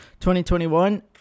2021